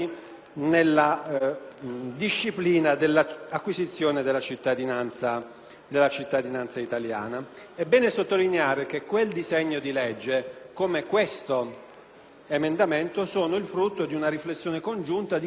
È bene sottolineare che quel disegno di legge, come questo emendamento, sono il frutto di una riflessione congiunta di cui parte importante, se non fondamentale, è l'Associazione nazionale dei Comuni d'Italia